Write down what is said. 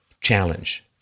challenge